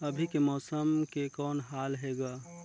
अभी के मौसम के कौन हाल हे ग?